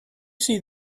see